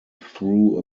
through